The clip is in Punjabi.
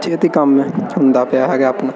ਛੇਤੀ ਕੰਮ ਹੁੰਦਾ ਪਿਆ ਹੈਗਾ ਆਪਣਾ